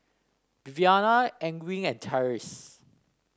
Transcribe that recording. Viviana Ewing and Tyrese